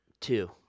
two